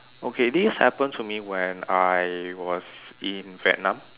okay this happened to me when I was in Vietnam